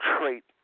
trait